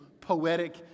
poetic